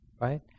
right